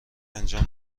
انجام